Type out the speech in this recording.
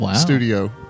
studio